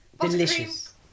delicious